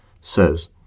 says